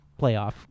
playoff